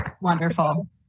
Wonderful